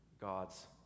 God's